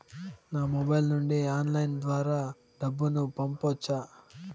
నా మొబైల్ నుండి ఆన్లైన్ ద్వారా డబ్బును పంపొచ్చా